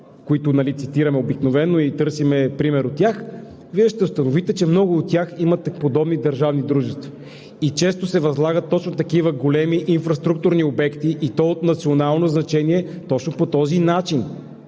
които цитираме обикновено и търсим пример от тях, Вие ще установите, че много от тях имат подобни държавни дружества. И често се възлагат точно такива големи инфраструктурни обекти, и то от национално значение точно по този начин.